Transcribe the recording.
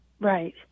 Right